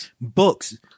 books